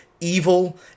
evil